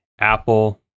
Apple